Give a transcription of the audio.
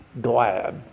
glad